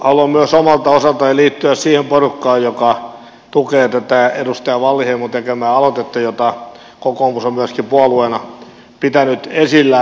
haluan myös omalta osaltani liittyä siihen porukkaan joka tukee tätä edustaja wallinheimon tekemää aloitetta jota kokoomus on myöskin puolueena pitänyt esillä